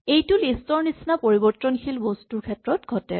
এইটো লিষ্ট ৰ নিচিনা পৰিবৰ্তনশীল বস্তুৰ ক্ষেত্ৰত ঘটে